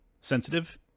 sensitive